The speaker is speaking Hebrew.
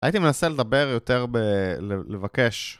הייתי מנסה לדבר יותר ב... לבקש